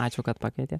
ačiū kad pakvietėt